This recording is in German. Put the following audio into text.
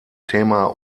thema